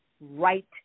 right